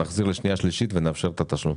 נחזיר לשנייה שלישית ונאפשר את התשלום.